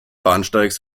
bahnsteigs